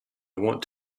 want